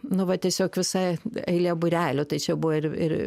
nu va tiesiog visa eilė būrelių tai čia buvo ir ir